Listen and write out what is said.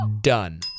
Done